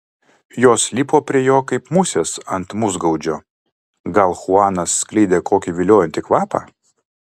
jos lipo prie jo kaip musės ant musgaudžio gal chuanas skleidė kokį viliojantį kvapą